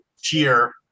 cheer